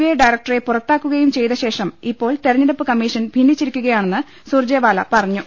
I ഡയറക്ടറെ പുറത്താക്കുകയും ചെയ്ത ശേഷം ഇപ്പോൾ തെരഞ്ഞെടുപ്പ് കമ്മീഷൻ ഭിന്നിച്ചിരിക്കുകയാ ണെന്ന് സുർജെവാല പറഞ്ഞു